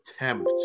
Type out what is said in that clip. attempt